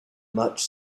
much